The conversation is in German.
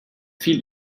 viel